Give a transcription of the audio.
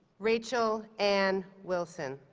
rachel anne wilson